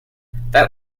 that